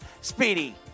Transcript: speedy